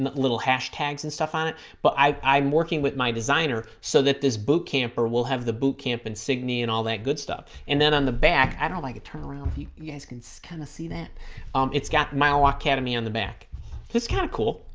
and little hashtags and stuff on it but i'm working with my designer so that this boot camper will have the boot camp insignia and all that good stuff and then on the back i don't like it turn around you guys can so kind of see that it's got my ah academy on the back that's kind of cool